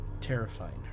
terrifying